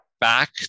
back